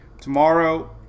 Tomorrow